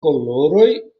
koloroj